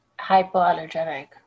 hypoallergenic